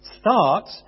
start